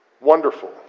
Wonderful